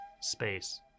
space